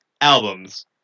albums